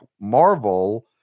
Marvel